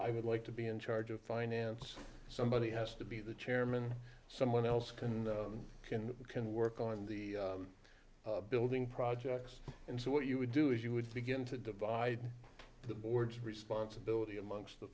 i would like to be in charge of finance somebody has to be the chairman someone else can can can work on the building projects and so what you would do is you would begin to divide the boards of responsibility amongst the